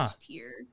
tier